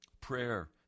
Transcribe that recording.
Prayer